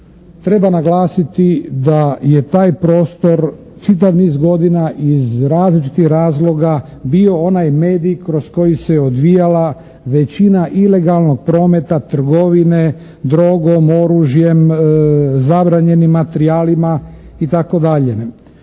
Treba naglasiti da je taj prostor čitav niz godina iz različitih razloga bio onaj medij kroz koji se odvijala većina ilegalnog prometa trgovine drogom, oružjem, zabranjenim materijalima itd.